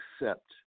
accept